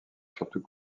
surtout